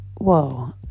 Whoa